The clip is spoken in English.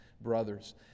brothers